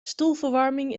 stoelverwarming